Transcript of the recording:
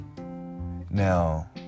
Now